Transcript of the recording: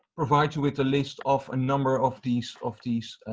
provide you with a list of a number of these of these